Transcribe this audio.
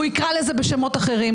הוא יקרא לזה בשמות אחרים.